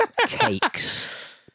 cakes